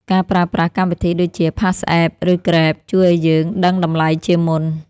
ការប្រើប្រាស់កម្មវិធីដូចជា PassApp ឬ Grab ជួយឱ្យយើងដឹងតម្លៃជាមុន។